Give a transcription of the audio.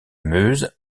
meuse